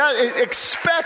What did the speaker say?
Expect